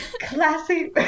Classy